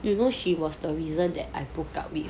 you know she was the reason that I broke up with